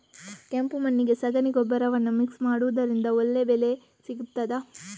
ಕೆಂಪು ಮಣ್ಣಿಗೆ ಸಗಣಿ ಗೊಬ್ಬರವನ್ನು ಮಿಕ್ಸ್ ಮಾಡುವುದರಿಂದ ಒಳ್ಳೆ ಬೆಳೆ ಸಿಗುತ್ತದಾ?